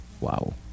wow